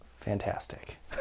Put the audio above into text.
Fantastic